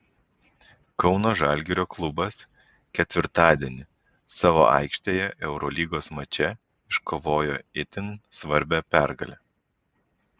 kauno žalgirio klubas ketvirtadienį savo aikštėje eurolygos mače iškovojo itin svarbią pergalę